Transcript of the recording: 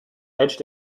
edged